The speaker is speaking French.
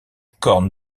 corne